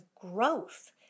growth